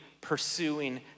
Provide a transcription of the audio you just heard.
pursuing